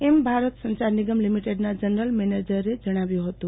એમ ભારત સંચાર નિગમ લીમીટેડના જનરલ મેનેજરે જણાવ્યું હતું